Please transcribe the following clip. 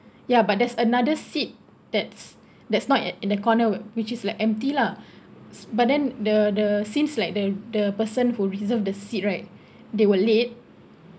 ya but there's another seat that's that's not at in the corner which is like empty lah but then the the since like the the person who reserved the seat right they will late